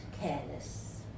careless